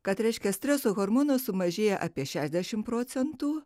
kad reiškia streso hormono sumažėja apiešešiasdešimt procentų